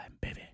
baby